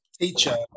teacher